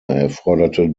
erforderte